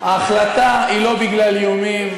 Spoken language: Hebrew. ההחלטה היא לא בגלל איומים.